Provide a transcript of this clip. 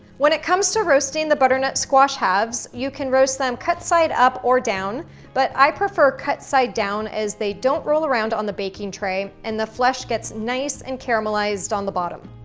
when it comes to roasting the butternut squash halves, you can roast them cut side up or down but i prefer cut side down as they don't roll around on the baking tray and the flesh gets nice and caramelized on the bottom.